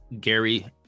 Gary